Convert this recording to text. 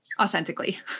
Authentically